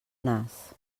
nas